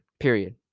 period